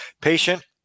patient